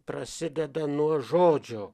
prasideda nuo žodžio